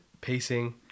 pacing